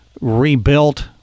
rebuilt